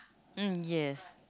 mm yes